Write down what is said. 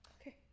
Okay